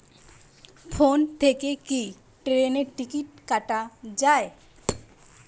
Phone থেকে কি ট্রেনের টিকিট কাটা য়ায়?